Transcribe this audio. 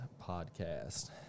podcast